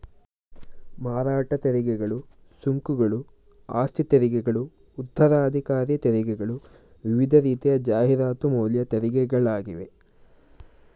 ಮಾರಾಟ ತೆರಿಗೆಗಳು, ಸುಂಕಗಳು, ಆಸ್ತಿತೆರಿಗೆಗಳು ಉತ್ತರಾಧಿಕಾರ ತೆರಿಗೆಗಳು ವಿವಿಧ ರೀತಿಯ ಜಾಹೀರಾತು ಮೌಲ್ಯ ತೆರಿಗೆಗಳಾಗಿವೆ